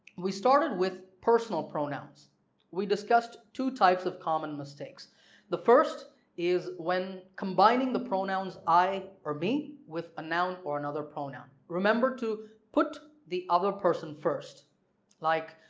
we started with personal pronouns we discussed two types of common mistakes the first is when combining the pronouns i or me with a noun or another pronoun remember to put the other person first like